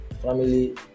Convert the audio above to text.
family